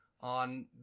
on